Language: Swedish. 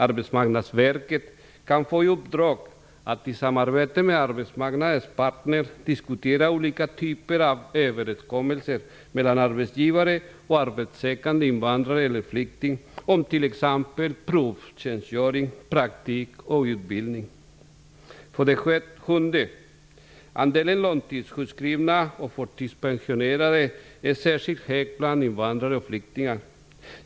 Arbetsmarknadsverket kan få i uppdrag att i samarbete med arbetsmarknadens parter diskutera olika typer av överenskommelser mellan arbetsgivare och arbetssökande invandrare eller flyktingar om t.ex. För det sjunde: Andelen långtidssjukskrivna och förtidspensionerade är särskilt hög bland invandrare och flyktingar.